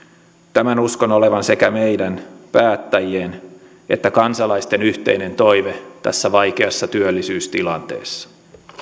tämän uskon olevan sekä meidän päättäjien että kansalaisten yhteinen toive tässä vaikeassa työllisyystilanteessa